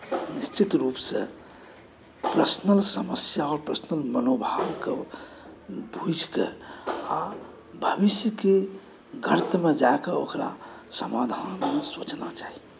निश्चित रूपसँ पर्सनल समस्या पर्सनल मनोभावकेँ बुझि कऽ आ भविष्यके गर्तमे जा कऽ ओकरा समाधान सोचना चाही